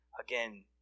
again